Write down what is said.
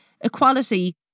equality